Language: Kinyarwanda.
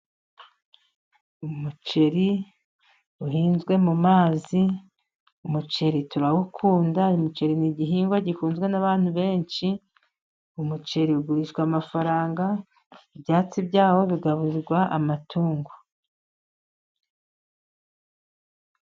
Umuceri uhinzwe mu mazi, umuceri turawukunda. Umuceri ni igihingwa gikunzwe n'abantu benshi. Umuceri ugurishwa amafaranga, ibyatsi byawo bigaburwa amatungo.